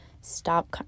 stop